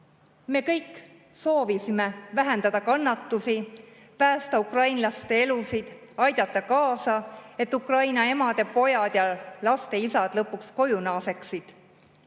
Me kõik soovisime vähendada kannatusi, päästa ukrainlaste elusid, aidata kaasa, et Ukraina emade pojad ja laste isad lõpuks koju naaseksid.